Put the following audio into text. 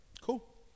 cool